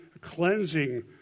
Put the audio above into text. cleansing